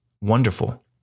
wonderful